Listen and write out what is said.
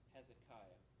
Hezekiah